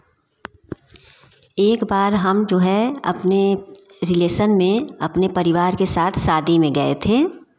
एकबार हम जो है अपने रिलेसन में अपने परिवार के साथ शादी में गए थे